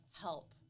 help